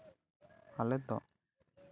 ᱟᱞᱮ ᱫᱚ